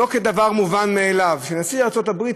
זה לא דבר מובן מאליו שנשיא ארצות הברית,